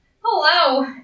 Hello